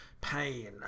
pain